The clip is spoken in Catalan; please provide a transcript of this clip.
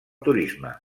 turisme